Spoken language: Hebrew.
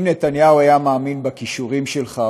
אם נתניהו היה מאמין בכישורים שלך,